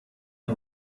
you